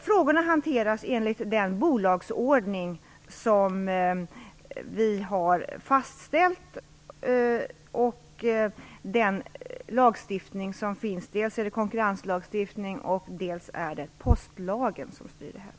Frågorna hanteras enligt den bolagsordning som vi har fastställt och den lagstiftning som finns. Det är dels konkurrenslagstiftning, dels postlagen som styr detta.